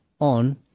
on